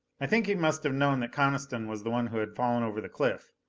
i think he must have known that coniston was the one who had fallen over the cliff,